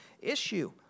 issue